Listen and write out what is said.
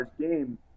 game